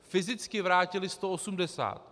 Fyzicky vrátili 180.